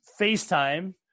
facetime